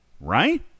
right